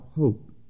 hope